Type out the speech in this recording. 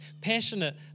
passionate